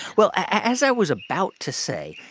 well, as i was about to say,